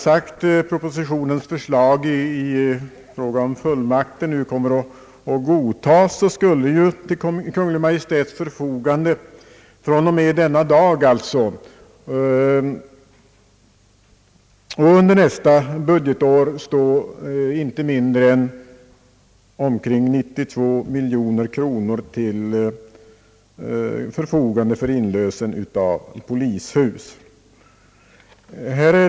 Om propositionens förslag till fullmakter kommer att godtas, skulle — som jag tidigare sagt — till Kungl. Maj:ts förfogande från och med denna dag och till utgången av nästa budgetår stå inte mindre än omkring 92 miljoner kronor för inlösen av polishus.